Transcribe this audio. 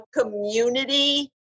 community